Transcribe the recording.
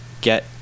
get